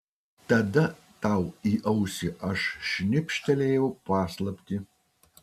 tada tau į ausį aš šnibžtelėjau paslaptį